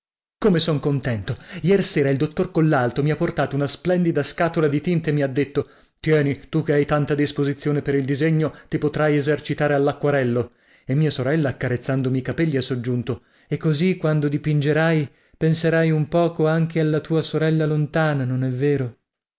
come sono contento lersera il dottor collalto mi ha portato una splendida scatola di tinte e mi ha detto tieni tu che hai tanta disposizione per il disegno ti potrai esercitare all'acquarello e mia sorella accarezzandomi i capelli ha soggiunto e così quando dipingerai penserai un poco anche alla tua sorella lontana non è vero